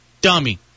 dummy